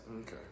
Okay